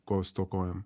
ko stokojam